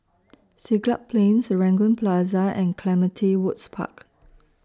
Siglap Plain Serangoon Plaza and Clementi Woods Park